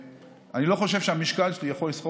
אני לא חושב שאת המשקל שלי יכול לסחוב